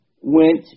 went